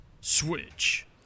switch